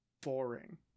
boring